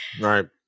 Right